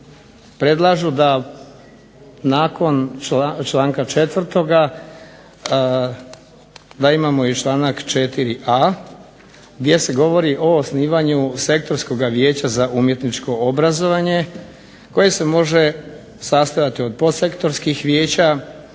predlažu da nakon članka 4. da imamo i članak 4.a gdje se govori o osnivanju sektorskog vijeća za umjetničko obrazovanje koje se može sastojati od podsektorskih vijeća,